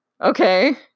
Okay